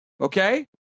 okay